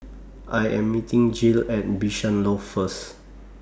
I Am meeting Jill At Bishan Loft First